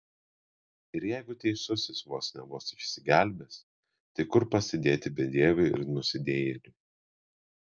ir jeigu teisusis vos ne vos išsigelbės tai kur pasidėti bedieviui ir nusidėjėliui